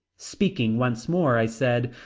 speaking once more i said,